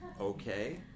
okay